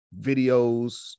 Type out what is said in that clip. videos